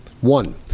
One